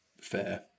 Fair